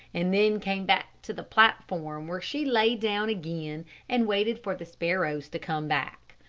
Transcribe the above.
and then came back to the platform, where she lay down again and waited for the sparrows to come back.